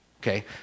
Okay